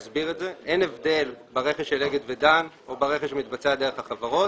אין הבדל ברכש של אגד ודן או ברכש המתבצע דרך החברות.